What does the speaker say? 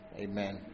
amen